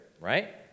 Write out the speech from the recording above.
right